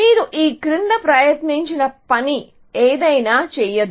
మీరు ఈ క్రింద ప్రయత్నించిన పని ఏదైనా చేయదు